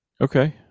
okay